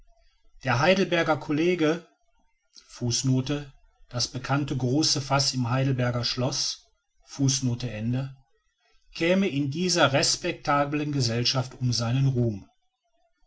der heidelberger kollege fußnote das bekannte große faß im heidelberger schloß käme in dieser respektablen gesellschaft um seinen ruhm